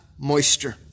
moisture